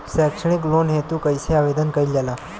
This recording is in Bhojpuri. सैक्षणिक लोन हेतु कइसे आवेदन कइल जाला?